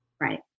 right